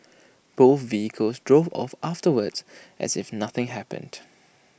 both vehicles drove off afterwards as if nothing happened